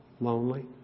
lonely